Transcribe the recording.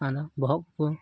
ᱟᱫᱚ ᱵᱚᱦᱚᱜ ᱠᱚᱠᱚ